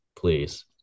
Please